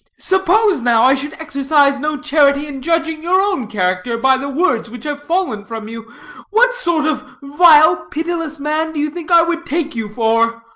suppose, now, i should exercise no charity in judging your own character by the words which have fallen from you what sort of vile, pitiless man do you think i would take you for?